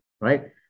right